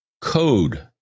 code